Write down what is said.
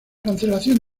cancelación